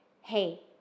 hey